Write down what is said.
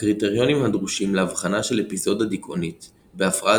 הקריטריונים הדרושים לאבחנה של אפיזודה דיכאונית בהפרעה